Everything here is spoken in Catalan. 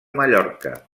mallorca